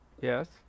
Yes